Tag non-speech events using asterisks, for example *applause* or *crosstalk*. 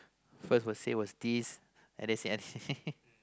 first was said was this and then *laughs*